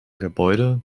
gebäude